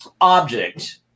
object